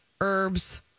herbs